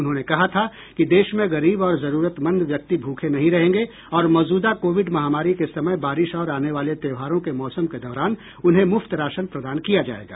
उन्होंने कहा था कि देश में गरीब और जरूरतमंद व्यक्ति भूखे नहीं रहेंगे और मौजूदा कोविड महामारी के समय बारिश और आने वाले त्योहारों के मौसम के दौरान उन्हें मुफ्त राशन प्रदान किया जाएगा